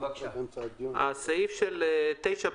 בעל מכסה שנקבעה לו תוספת חד-פעמית מכוח תקנה 8(א)